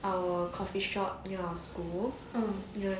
our coffee shop near our school ya